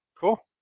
Cool